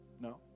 No